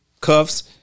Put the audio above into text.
cuffs